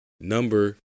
Number